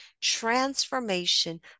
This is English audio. transformation